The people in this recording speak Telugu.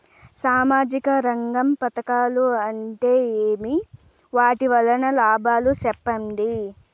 సామాజిక రంగం పథకాలు అంటే ఏమి? వాటి వలన లాభాలు సెప్పండి?